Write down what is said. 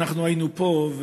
כשהיינו פה,